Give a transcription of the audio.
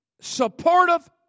supportive